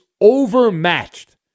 overmatched